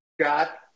Scott